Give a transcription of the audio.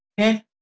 Okay